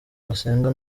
basenga